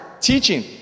teaching